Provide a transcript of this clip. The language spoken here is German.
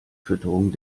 fütterung